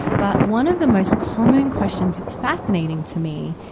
but one of the most common questions it's fascinating to me,